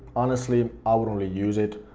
honestly i don't normally use it,